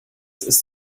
ist